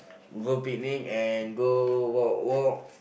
go picnic and go walk walk